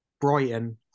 Brighton